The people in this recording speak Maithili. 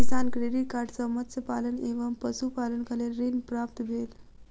किसान क्रेडिट कार्ड सॅ मत्स्य पालन एवं पशुपालनक लेल ऋण प्राप्त भेल